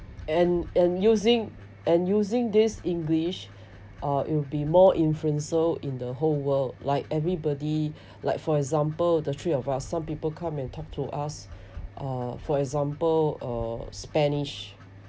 and and using and using this english uh it'll be more influential in the whole world like everybody like for example the three of us some people come and talk to us uh for example uh spanish